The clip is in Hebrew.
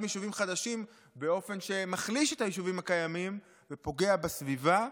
יישובים חדשים באופן שמחליש את היישובים הקיימים ופוגע בסביבה.